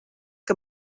que